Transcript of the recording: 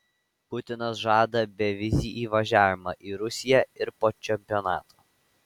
putinas žada bevizį įvažiavimą į rusiją ir po čempionato